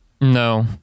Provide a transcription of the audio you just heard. No